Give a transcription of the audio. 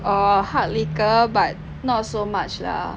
err hard liquor but not so much lah